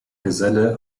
geselle